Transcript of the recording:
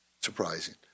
Surprising